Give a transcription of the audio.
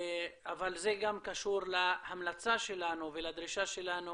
אבל זה גם קשור להמלצה שלנו ולדרישה שלנו